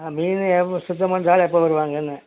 ஆ மீன் சுத்தம் பண்ணுற ஆள் எப்போ வருவாங்கன்ன